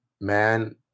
man